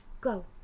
Go